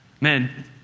man